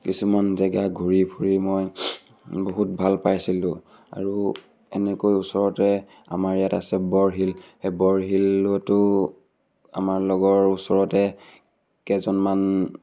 কিছুমান জেগা ঘূৰি ফুৰি মই বহুত ভাল পাইছিলোঁ আৰু এনেকৈ ওচৰতে আমাৰ ইয়াত আছে বৰশিল সেই বৰশিলতো আমাৰ লগৰ ওচৰতে কেইজনমান